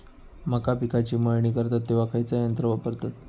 मका पिकाची मळणी करतत तेव्हा खैयचो यंत्र वापरतत?